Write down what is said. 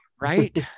right